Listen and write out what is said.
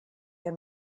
your